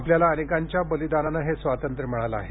आपल्याला अनेकांच्या बलिदानाने हे स्वातंत्र्य मिळाले आहे